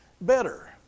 better